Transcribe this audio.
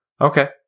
Okay